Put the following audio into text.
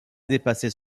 dépasser